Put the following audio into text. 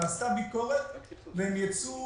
נעשתה ביקורת והם יצאו